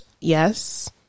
yes